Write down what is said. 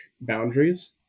boundaries